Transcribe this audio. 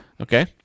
Okay